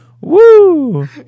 Woo